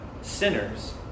sinners